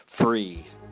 free